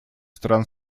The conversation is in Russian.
стран